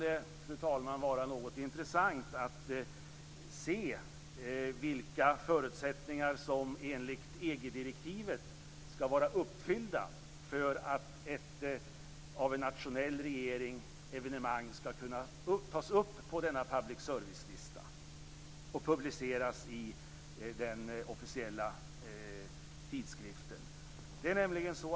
Det kan då vara något intressant att se vilka förutsättningar som enligt EG-direktivet skall vara uppfyllda för att ett av en nationell regering angivet evenemang skall kunna tas upp på denna public service-lista och publiceras i den officiella tidskriften.